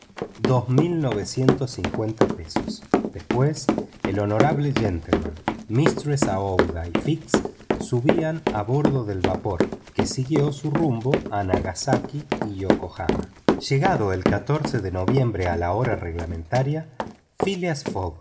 john bunsby ciento cincuenta libras después el honorable gentleman mistress aouida y fix subían a bordo del vapor que siguió su rumbo a nagasaki y yokohama llegado el de noviembre a la hora reglamentaria phileas